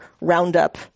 Roundup